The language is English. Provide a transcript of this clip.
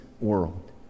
world